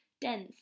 dense